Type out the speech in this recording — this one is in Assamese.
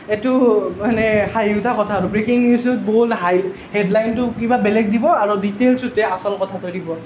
এইটো মানে হাঁহি উঠা কথা আৰু ব্ৰেকিং নিউজত বহুত হাই হেডলাইনটো কিবা বেলেগ দিব আৰু ডিটেইলচটোতহে আচল কথা কৈ দিব